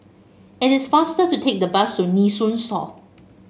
it is faster to take the bus to Nee Soon South